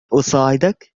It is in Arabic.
أساعدك